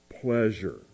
pleasure